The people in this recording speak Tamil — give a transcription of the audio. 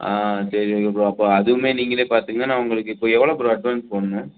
ஆ சரி ஓகே ப்ரோ அப்போ அதுவுமே நீங்களே பார்த்துக்குங்க நான் உங்களுக்கு இப்போ எவ்வளோ ப்ரோ அட்வான்ஸ் போட்ணும்